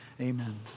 amen